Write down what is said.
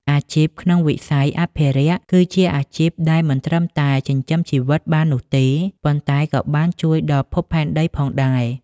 អាជីពក្នុងវិស័យអភិរក្សគឺជាអាជីពដែលមិនត្រឹមតែចិញ្ចឹមជីវិតបាននោះទេ ប៉ុន្តែក៏បានជួយដល់ភពផែនដីផងដែរ។